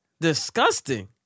Disgusting